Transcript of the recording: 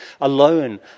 alone